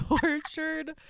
tortured